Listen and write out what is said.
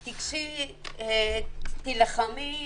תיגשי, תילחמי,